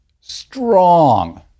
strong